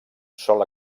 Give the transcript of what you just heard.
sol